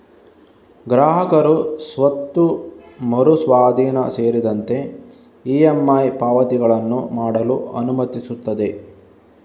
ಗ್ರಾಹಕರು ಸ್ವತ್ತು ಮರು ಸ್ವಾಧೀನ ಸೇರಿದಂತೆ ಇ.ಎಮ್.ಐ ಪಾವತಿಗಳನ್ನು ಮಾಡಲು ಅನುಮತಿಸುತ್ತದೆ